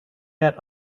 yet